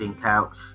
couch